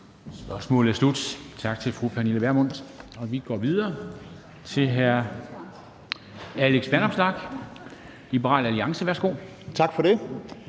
Spørgsmålet er slut. Tak til fru Pernille Vermund. Vi går videre til hr. Alex Vanopslagh, Liberal Alliance. Værsgo. Kl.